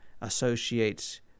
Associates